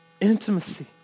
Intimacy